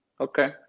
Okay